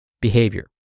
behavior